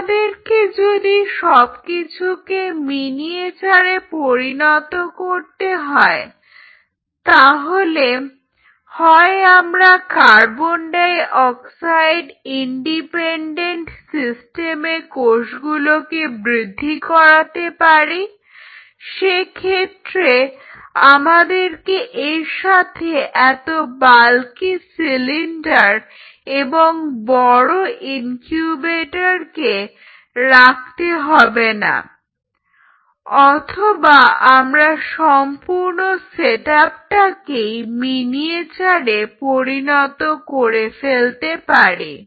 আমাদেরকে যদি সবকিছুকে মিনিয়েচারে পরিণত করতে হয় তাহলে হয় আমরা কার্বন ডাই অক্সাইড ইন্ডিপেন্ডেন্ট সিস্টেমে কোষগুলোকে বৃদ্ধি করাতে পারি সেক্ষেত্রে আমাদেরকে এর সাথে এত বাল্কি সিলিন্ডার এবং বড় ইনকিউবেটরকে রাখতে হবে না অথবা আমরা সম্পূর্ণ সেটআপটাকেই মিনিয়েচারে পরিণত করে ফেলতে পারি